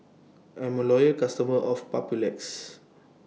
I'm A Loyal customer of Papulex